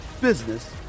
business